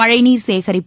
மழை நீர் சேகரிப்பு